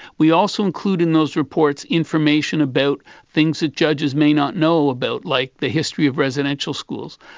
we also include in those reports information about things that judges may not know about, like the history of residential schools,